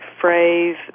phrase